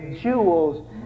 jewels